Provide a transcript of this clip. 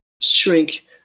shrink –